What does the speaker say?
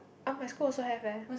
oh my school also have eh